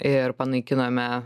ir panaikinome